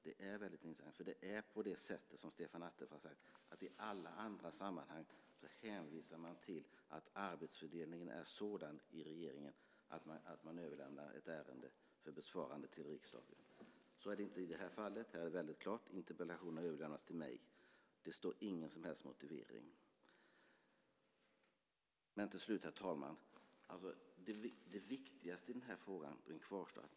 Det är så som Stefan Attefall säger att i alla andra sammanhang hänvisar man till att arbetsfördelningen är sådan i regeringen att man överlämnar ett ärende för besvarande i riksdagen. Så är det inte i det här fallet. Här står det väldigt klart: Interpellationerna har överlämnats till mig. Det står ingen som helst motivering. Herr talman! Det viktigaste i den här frågan kvarstår.